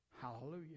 Hallelujah